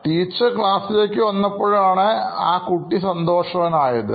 teacher ക്ലാസിലേക്ക് വന്നപ്പോഴാണ് ആ കുട്ടി സന്തോഷവാൻ ആയത്